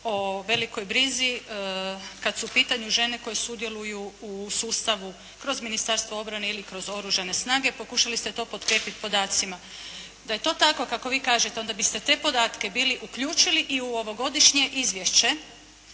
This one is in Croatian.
o velikoj brizi kad su u pitanju žene koje sudjeluju u sustavu kroz Ministarstvo obrane ili kroz Oružane snage. Pokušali ste to potkrijepiti podacima. Da je to tako kako vi kažete, onda biste te podatke bili uključili i u ovogodišnje izvješće